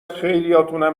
خیلیاتونم